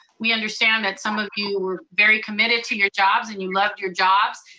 we understand that some of you were very committed to your jobs, and you loved your jobs.